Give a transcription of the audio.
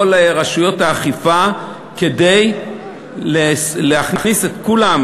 רשויות האכיפה כדי להכניס את כולם,